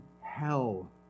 hell